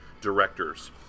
directors